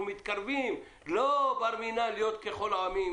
מתקרבים אליה לא בר מינן להיות ככל העמים